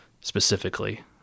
specifically